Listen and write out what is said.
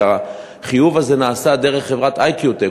כי החיוב הזה נעשה דרך חברת "איקיוטק",